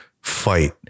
fight